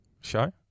show